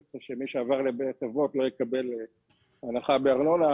ככה שמי שעבר לבית אבות לא יקבל הנחה בארנונה.